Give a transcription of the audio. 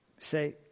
Say